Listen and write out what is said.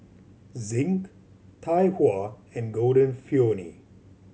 Zinc Tai Hua and Golden Peony